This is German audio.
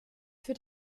für